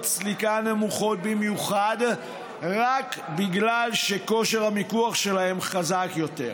סליקה נמוכה במיוחד רק בגלל שכושר המיקוח שלהם חזק יותר.